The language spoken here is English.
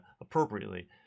appropriately